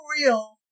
real